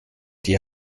die